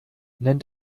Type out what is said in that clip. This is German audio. nenn